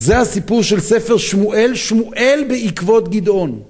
זה הסיפור של ספר שמואל, שמואל בעקבות גדעון.